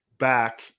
Back